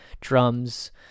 drums